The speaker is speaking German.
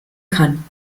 kann